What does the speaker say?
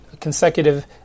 consecutive